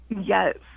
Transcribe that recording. Yes